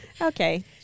Okay